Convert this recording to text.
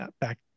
back